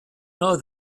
know